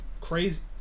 crazy